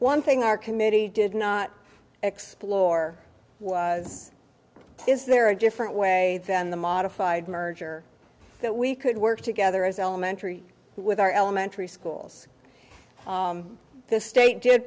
one thing our committee did not explore was is there a different way than the modified merger that we could work together as elementary with our elementary schools the state did